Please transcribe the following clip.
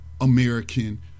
American